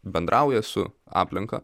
bendrauja su aplinka